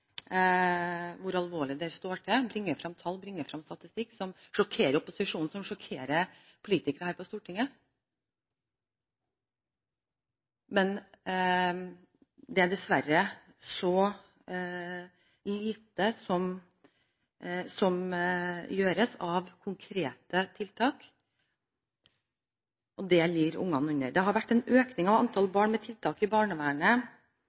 sjokkerer opposisjonen, som sjokkerer politikere her på Stortinget. Det er dessverre lite som gjøres av konkrete tiltak – og det lider ungene under. Det har vært en økning av antall barn under tiltak i barnevernet